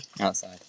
outside